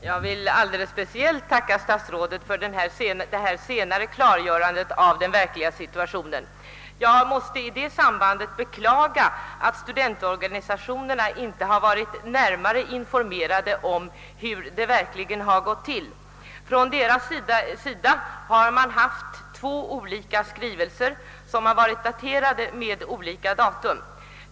Herr talman! Jag vill alldeles speciellt tacka herr statsrådet för det senare klarläggandet av den verkliga situationen. Jag måste i detta sammanhang beklaga att studentorganisationerna inte har blivit närmare informerade om hur det verkligen har gått till. De har fått två olika skrivelser med olika datum.